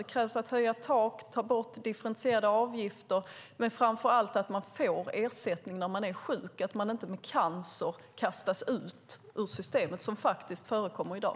Det krävs att man höjer tak, tar bort differentierade avgifter och framför allt att människor får ersättning när de är sjuka så att de inte med cancer kastas ut ur systemet, vilket faktiskt förekommer i dag.